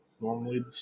normally